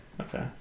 Okay